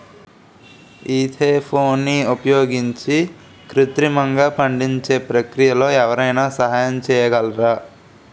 ఈథెఫోన్ని ఉపయోగించి కృత్రిమంగా పండించే ప్రక్రియలో ఎవరైనా సహాయం చేయగలరా?